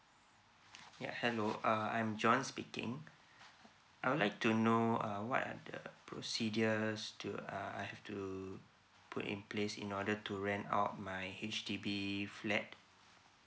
ya hello uh I'm john speaking I would like to know uh what are the procedures to uh I have to put in place in order to rent out my H_D_B flat